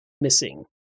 missing